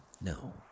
No